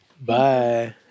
Bye